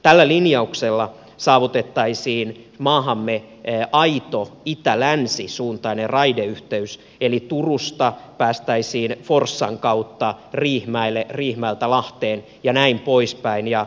tällä linjauksella saavutettaisiin maahamme aito itälänsisuuntainen raideyhteys eli turusta päästäisiin forssan kautta riihimäelle riihimäeltä lahteen jnp